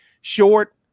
short